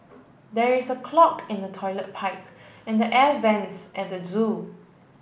there is a clog in the toilet pipe and the air vents at the zoo